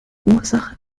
ursache